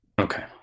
Okay